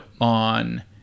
on